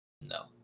No